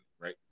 right